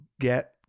get